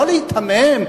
לא להיתמם,